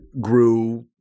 grew